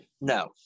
no